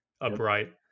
upright